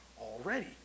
already